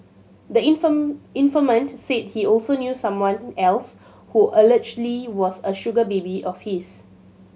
the informant said he also knew someone else who allegedly was a sugar baby of his